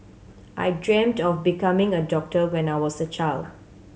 I dreamed of becoming a doctor when I was a child